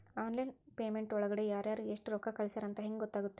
Online payment ಒಳಗಡೆ ಯಾರ್ಯಾರು ಎಷ್ಟು ರೊಕ್ಕ ಕಳಿಸ್ಯಾರ ಅಂತ ಹೆಂಗ್ ಗೊತ್ತಾಗುತ್ತೆ?